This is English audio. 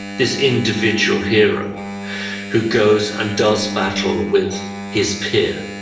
this individual hero who goes and does battle with his peer.